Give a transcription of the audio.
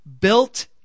built